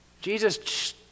Jesus